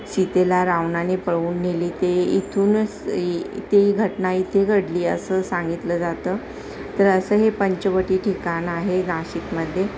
सीतेला रावणाने पळवून नेली ते इथूनच इ ते घटना इथे घडली असं सांगितलं जातं तर असं हे पंचवटी ठिकाण आहे नाशिकमध्ये